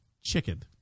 Chicken